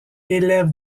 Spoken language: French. élève